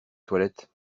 toilettes